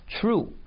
true